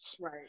Right